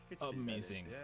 amazing